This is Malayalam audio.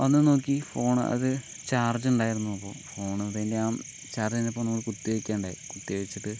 ഒന്ന് നോക്കി ഫോൺ അത് ചാർജ് ഉണ്ടായിരുന്നു അപ്പോൾ ഫോണിൽ തന്നയാണ് ചാർജ് കഴിഞ്ഞപ്പോൾ നമ്മൾ ഇപ്പോൾ കുത്തിവെയ്ക്കുകയുണ്ടായി കുത്തിവെച്ചിട്ട്